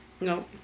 No